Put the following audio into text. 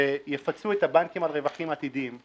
שיפצו את הבנקים על רווחים עתידיים.